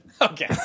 Okay